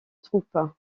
troupe